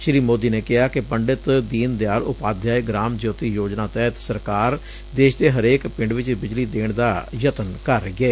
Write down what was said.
ਸ੍ਰੀ ਮੋਦੀ ੱਨੇ ਕਿਹਾ ਕਿ ਪੰਡਿਤ ਦੀਨ ਦਿਆਲ ਉਪਾਧਿਆਇ ਗਰਾਮ ਜਯੋਤੀ ਯੋਜਨਾ ਤਹਿਤ ਸਰਕਾਰ ਦੇਸ਼ ਦੇ ਹਰੇਕ ਪਿੰਡ ਚ ਬਿਜਲੀ ਦੇਣ ਦਾ ਯਤਨ ਕਰ ਰਹੀ ਏ